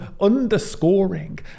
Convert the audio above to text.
underscoring